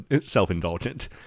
self-indulgent